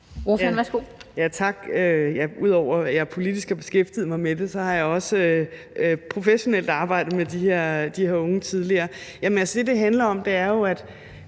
Ud over at jeg politisk har beskæftiget mig med det, har jeg også professionelt arbejdet med de her unge tidligere. Det, det handler om, er, at